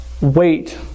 wait